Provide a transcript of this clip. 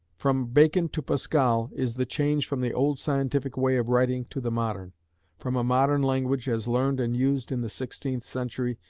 from bacon to pascal is the change from the old scientific way of writing to the modern from a modern language, as learned and used in the sixteenth century,